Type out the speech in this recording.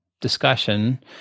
discussion